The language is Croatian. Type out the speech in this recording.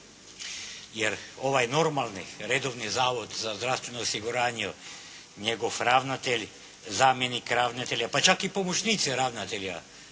Jer ovaj normalni redovni Zavod za zdravstveno osiguranje, njegov ravnatelj, zamjenik ravnatelja pa čak i pomoćnici ravnatelja